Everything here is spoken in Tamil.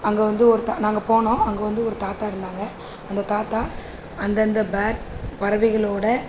அங்கே வந்து ஒரு த நாங்கள் போனோம் அங்கே வந்து ஒரு தாத்தா இருந்தாங்க அந்த தாத்தா அந்தந்த பேர்ட் பறவைகளோடய